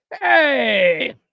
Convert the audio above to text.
Hey